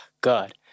god